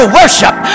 worship